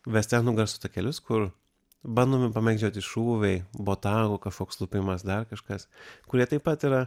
vesternų garso takelius kur bandomi pamėgdžioti šūviai botagų kažkoks lupimas dar kažkas kurie taip pat yra